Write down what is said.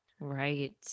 Right